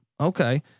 okay